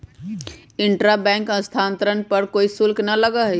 intra bank स्थानांतरण पर कोई शुल्क ना लगा हई